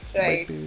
right